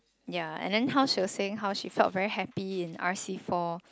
ya and then how she was saying how she felt very happy in R_C four